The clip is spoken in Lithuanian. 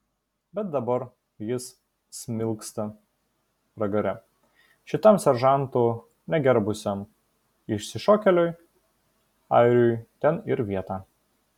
bet dabar jis smilksta pragare šitam seržantų negerbusiam išsišokėliui airiui ten ir vieta